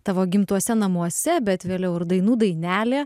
tavo gimtuose namuose bet vėliau ir dainų dainelė